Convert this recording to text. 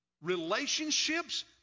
relationships